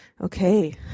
okay